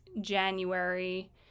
January